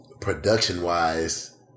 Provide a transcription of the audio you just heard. Production-wise